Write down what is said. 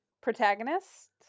protagonist